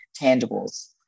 tangibles